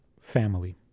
family